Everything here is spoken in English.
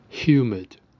Humid